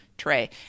tray